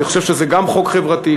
אני חושב שזה גם חוק חברתי,